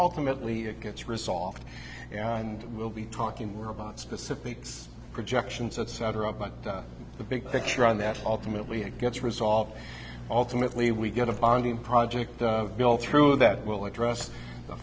ultimately it gets resolved and we'll be talking more about specifics projections etc but the big picture on that ultimately it gets resolved ultimately we get a funding project built through that will address the